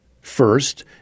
First